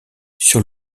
sur